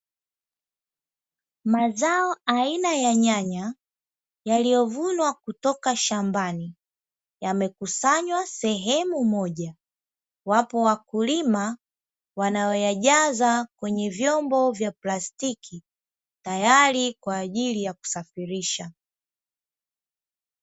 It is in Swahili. Mazao aina ya nyanya yaliyovunwa kutoka shambani, yamekusanywa sehemu moja. Wapo wakulima wanayoyajaza kwenye vyombo vya plastiki, tayari kwa ajili ya kusafirisha.